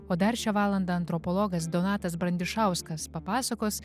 o dar šią valandą antropologas donatas brandišauskas papasakos